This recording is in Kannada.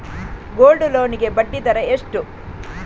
ಗೋಲ್ಡ್ ಲೋನ್ ಗೆ ಬಡ್ಡಿ ದರ ಎಷ್ಟು?